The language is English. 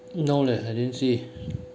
no leh I didn't see